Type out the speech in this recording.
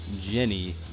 Jenny